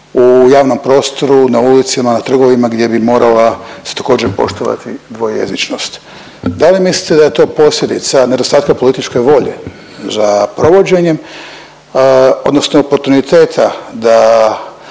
u javnom prostoru, na ulicama, trgovima, gdje bi morala se također, poštovati dvojezičnost. Da li mislite da je to posljedica nedostatka političke volje za provođenjem odnosno oportuniteta da